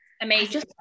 amazing